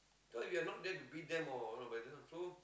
thought you're not there to beat them or i don't know if is true